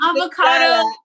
avocado